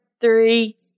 three